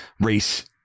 race